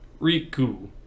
Riku